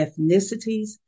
ethnicities